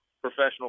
professional